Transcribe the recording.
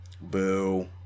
boo